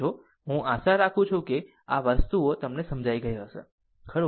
આમ હું આશા રાખું છું કે આ વસ્તુઓ તમને સમજાઈ ગઈ છે ખરું